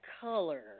color